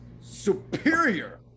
superior